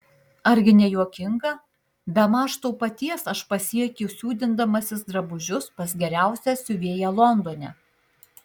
argi ne juokinga bemaž to paties aš pasiekiu siūdindamasis drabužius pas geriausią siuvėją londone